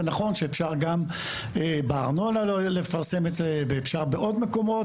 זה נכון שאפשר גם בארנונה לפרסם את זה ואפשר בעוד מקומות,